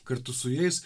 kartu su jais